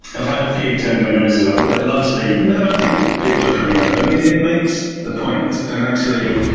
i've had a few turn their noses up, but largely, no. i think people are coming around. i mean, it makes the point. and actually,